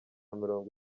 mirongo